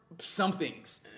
somethings